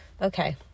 Okay